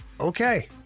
okay